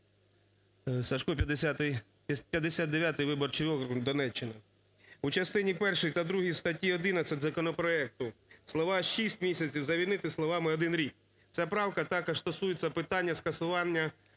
Сажко, 59 виборчий округ, Донеччина. У частині першій та другій статті 11 законопроекту слова "шість місяців" замінити словами "один рік". Ця правка також стосується питання скасування